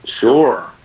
Sure